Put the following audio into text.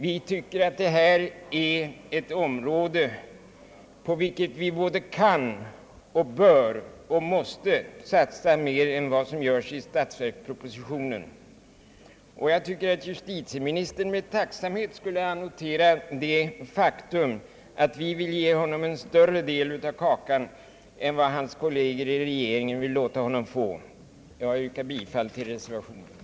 Vi tycker att detta är ett område på vilket vi både kan, bör och måste satsa mer än vad som görs i statsverkspropositionen. Jag tycker att justitieministern med tacksamhet skulle acceptera det faktum att vi vill ge honom en större del av kakan än vad hans kolleger inom regeringen vill låta honom få. Jag yrkar bifall till reservationen.